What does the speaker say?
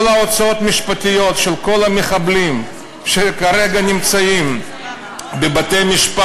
כל ההוצאות המשפטיות של כל המחבלים שכרגע נמצאים בבתי-משפט,